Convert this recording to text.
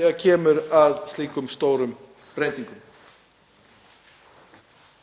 þegar kemur að slíkum stórum breytingum.